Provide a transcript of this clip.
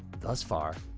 thus far,